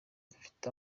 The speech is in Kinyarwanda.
dufite